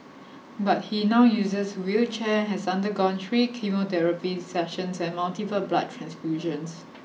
but he now uses wheelchair has undergone three chemotherapy sessions and multiple blood transfusions